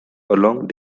along